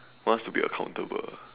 wants to be accountable